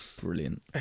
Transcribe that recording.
Brilliant